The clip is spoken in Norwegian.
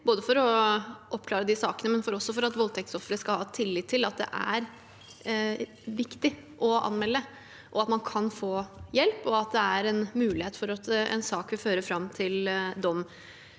både for å oppklare de sakene og for at voldtektsofre skal ha tillit til at det er viktig å anmelde, at man kan få hjelp, og at det er en mulighet for at en sak vil føre fram til dom.